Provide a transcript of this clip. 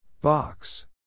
Box